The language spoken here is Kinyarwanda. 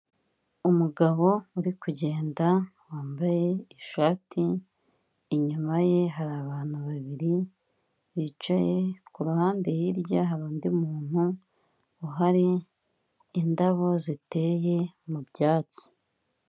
Umugabo uri kugenda wambaye ishati, inyuma ye hari abantu babiri bicaye, ku ruhande hirya hari undi muntu uhari, indabo ziteye mu byatsi.